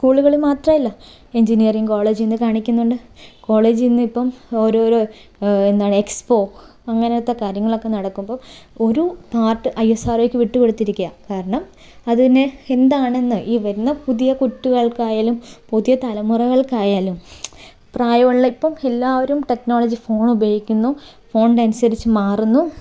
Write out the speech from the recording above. സ്കൂളുകൾ മാത്രമല്ല എൻജിനീയറിങ് കോളേജിൽനിന്ന് കാണിക്കുന്നുണ്ട് കോളേജിൽനിന്ന് ഇപ്പം ഓരോരോ എന്താണ് എക്സ്പോ അങ്ങനത്തെ കാര്യങ്ങളൊക്കെ നടക്കുമ്പോൾ ഒരു പാർട്ട് ഐ എസ് ആർ ഒയ്ക്ക് വിട്ടു കൊടുത്തിരിക്കുകയാണ് കാരണം അതിനെ എന്താണെന്ന് ഈ വരുന്ന പുതിയ കുട്ടികൾക്കായാലും പുതിയ തലമുറകൾക്കായാലും പ്രായമുള്ള ഇപ്പം എല്ലാവരും ടെക്നോളജി ഫോൺ ഉപയോഗിക്കുന്നു ഫോണിൻ്റെ അനുസരിച്ച് മാറുന്നു